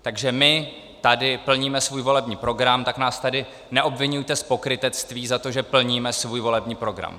Takže my tady plníme svůj volební program, tak nás tady neobviňujte z pokrytectví za to, že plníme svůj volební program.